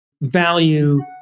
value